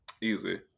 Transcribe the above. Easy